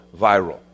viral